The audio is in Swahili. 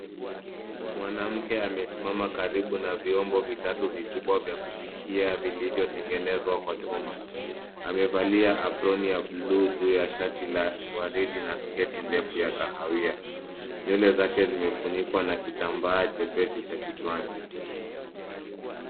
Mwanamke amesimama karibu na vyombo vitatu vikubwa vya kupikia vilivyotengenezwa kwa chuma. Amevalia aproni ya blue juu ya shati la waridi na sketi ndefu ya kahawia. Nywele zake zimefunikwa na kitambaa chepesi cha kichwani.